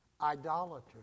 idolater